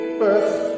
first